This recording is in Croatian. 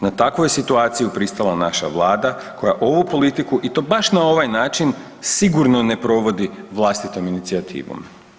Na takvu je situaciju pristala naša vlada koja ovu politiku i to baš na ovaj način sigurno ne provodi vlastitom inicijativom.